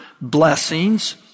blessings